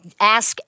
ask